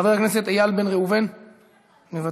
חבר הכנסת איל בן ראובן, מוותר.